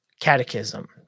catechism